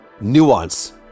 nuance